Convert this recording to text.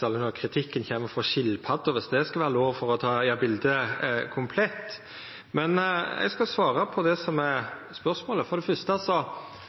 særleg når kritikken kjem frå skilpadda – viss det er lov til å seia for å gjera bildet komplett. Men eg skal svara på det som er spørsmålet. For det første